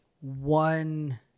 one